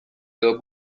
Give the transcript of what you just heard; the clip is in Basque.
edo